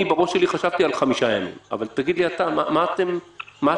אני חשבתי על חמישה ימים אבל תגיד לי אתה מה אתם רואים,